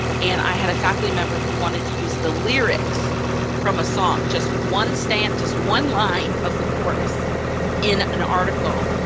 and i had a faculty member who wanted to use the lyrics from a song, just one stanza, just one line of the chorus in an article,